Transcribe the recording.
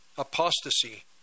Apostasy